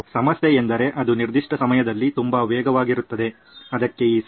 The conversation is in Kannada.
ಸಮಸ್ಯೆಯೆಂದರೆ ಅದು ನಿರ್ದಿಷ್ಟ ಸಮಯದಲ್ಲಿ ತುಂಬಾ ವೇಗವಾಗಿರುತ್ತದೆ ಅದಕ್ಕೆ ಈ ಸಂಘರ್ಷ